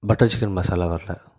butter chicken masala வரல